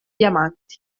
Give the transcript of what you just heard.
diamanti